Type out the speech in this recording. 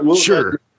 Sure